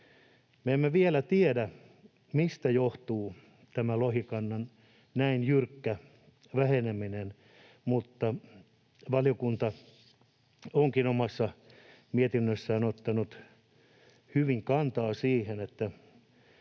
emme vielä tiedä, mistä johtuu tämä lohikannan näin jyrkkä väheneminen, mutta valiokunta onkin omassa mietinnössään ottanut hyvin kantaa siihen,